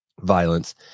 violence